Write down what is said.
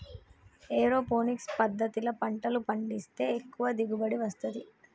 aeroponics పద్దతిల పంటలు పండిస్తే ఎక్కువ దిగుబడి వస్తది